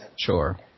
Sure